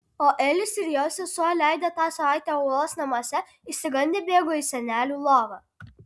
o elis ir jo sesuo leidę tą savaitę uolos namuose išsigandę bėgo į senelių lovą